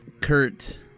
Kurt